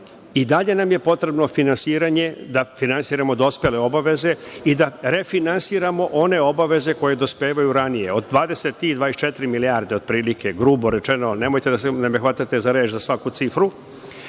i dalje nam je potrebno finansiranje, da finansiramo dospele obaveze i da refinansiramo one obaveze koje dospevaju ranije. Od 23,24 milijarde otprilike, grubo rečeno, nemojte da me hvatate za reč za svaku cifru,